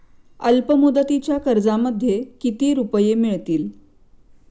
अल्पमुदतीच्या कर्जामध्ये किती रुपये मिळतील?